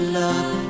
love